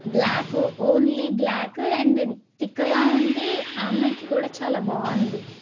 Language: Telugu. బ్ల్యాక్ ఓన్లీ బ్ల్యాక్ అండ్ తిక్కుగా ఉండి ఆ అమ్మాయి కూడా చాలా బాగుంది